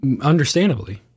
Understandably